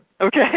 Okay